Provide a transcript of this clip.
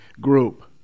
group